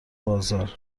بازار